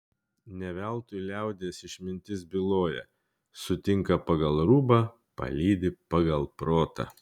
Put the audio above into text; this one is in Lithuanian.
ne veltui liaudies išmintis byloja sutinka pagal rūbą palydi pagal protą